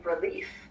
relief